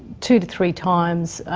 to to three times.